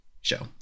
show